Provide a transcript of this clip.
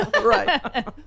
right